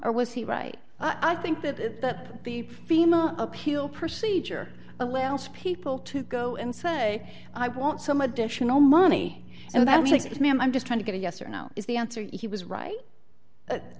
or was he right i think that the fema appeal procedure of wells people to go and say i want some additional money and that makes me i'm i'm just trying to get a yes or no is the answer he was right